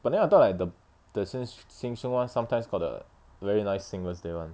but then I thought like the the shen~ sheng siong [one] sometimes got the very nice singer there [one]